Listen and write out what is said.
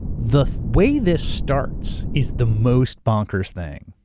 the way this starts is the most bonkers things.